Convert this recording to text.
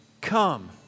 Come